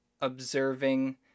observing